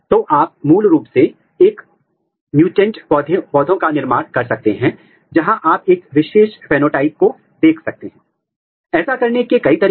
और फिर अगर आपको एंटीसेंस प्रोब उत्पन्न करना है तो जीन विशिष्ट फ्रेगमेंट सेंस अभिविन्यास में होना चाहिए